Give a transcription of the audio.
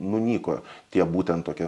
nunyko tie būtent tokia